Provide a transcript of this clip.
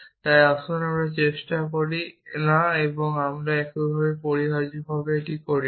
তাই আসুন আমরা চেষ্টা করি না এবং এমনকি অপরিহার্যভাবে এটি করি না